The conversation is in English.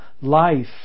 life